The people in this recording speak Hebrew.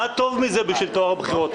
מה טוב מזה לטוהר הבחירות?